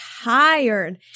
tired